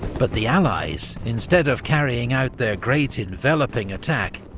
but the allies, instead of carrying out their great, enveloping attack,